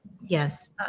Yes